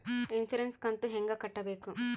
Insurance ಕಂತು ಹೆಂಗ ಕಟ್ಟಬೇಕು?